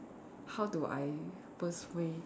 how do I worst way to